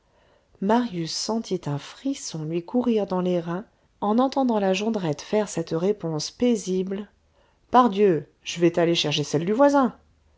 marius sentit un frisson lui courir dans les reins en entendant la jondrette faire cette réponse paisible pardieu je vais t'aller chercher celles du voisin